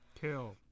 Kill